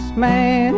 man